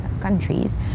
countries